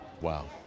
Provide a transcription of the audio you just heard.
Wow